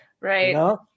Right